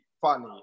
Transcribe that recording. funny